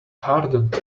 hardened